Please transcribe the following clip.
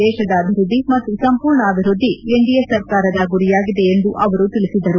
ದೇಶದ ಅಭಿವೃದ್ದಿ ಮತ್ತು ಸಂಪೂರ್ಣ ಅಭಿವೃದ್ದಿ ಎನ್ಡಿಎ ಸರ್ಕಾರದ ಗುರಿಯಾಗಿದೆ ಎಂದು ಅವರು ತಿಳಿಸಿದರು